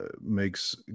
makes